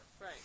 Right